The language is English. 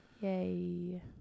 Yay